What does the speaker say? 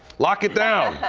lock it down,